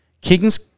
King's